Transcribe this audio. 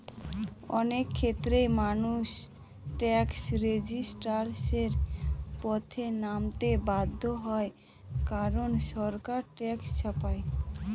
অনেক ক্ষেত্রেই মানুষ ট্যাক্স রেজিস্ট্যান্সের পথে নামতে বাধ্য হয় কারন সরকার ট্যাক্স চাপায়